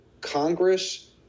Congress